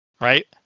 Right